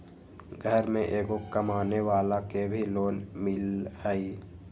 घर में एगो कमानेवाला के भी लोन मिलहई?